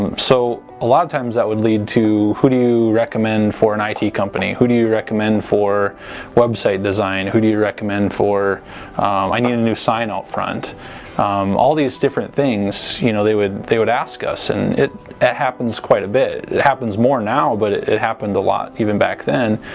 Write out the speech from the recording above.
um so a lot of times that would lead to who do you recommend for an it company who do you recommend for website design who do you recommend for i need a new sign up front all these different things you know they would they would ask us and it it happens quite a bit it happens more now but it it happened a lot even back then